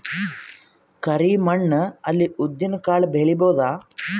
ಕರಿ ಮಣ್ಣ ಅಲ್ಲಿ ಉದ್ದಿನ್ ಕಾಳು ಬೆಳಿಬೋದ?